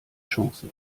chance